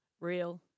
Real